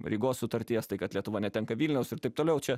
rygos sutarties tai kad lietuva netenka vilniaus ir taip toliau čia